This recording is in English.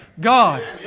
God